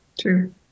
true